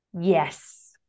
Yes